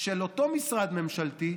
של אותו משרד ממשלתי,